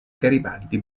garibaldi